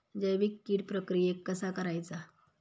जैविक कीड प्रक्रियेक कसा करायचा?